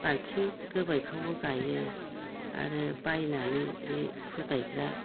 बाल्थिं गोबायफ्रावबो गायो आरो बायनानै बे फुल गायग्रा